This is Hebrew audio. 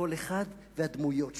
כל אחד והדמויות שלו,